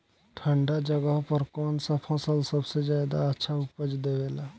ठंढा जगह पर कौन सा फसल सबसे ज्यादा अच्छा उपज देवेला?